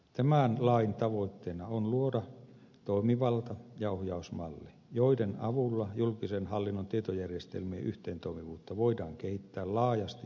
tämän lain tavoitteena on luoda toimivalta ja ohjausmalli joiden avulla julkisen hallinnon tietojärjestelmien yhteentoimivuutta voidaan kehittää laajasti julkisessa hallinnossa